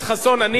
אני פשוט,